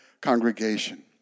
congregation